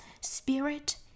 spirit